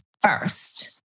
first